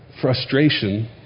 frustration